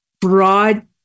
broad